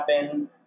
happen